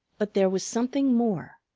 but there was something more.